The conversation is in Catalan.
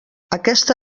aquesta